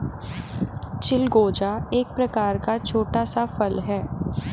चिलगोजा एक प्रकार का छोटा सा फल है